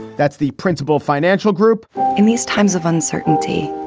that's the principal financial group in these times of uncertainty.